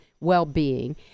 well-being